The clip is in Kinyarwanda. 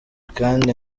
kandi